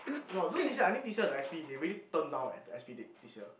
no so this year I think this year the s_p they really turn down eh the s_p did this year